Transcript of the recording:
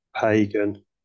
pagan